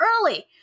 early